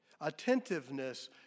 Attentiveness